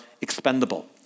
expendable